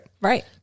Right